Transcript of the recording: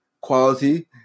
quality